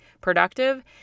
productive